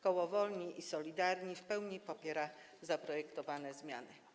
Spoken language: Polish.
Koło Woli i Solidarni w pełni popiera projektowane zmiany.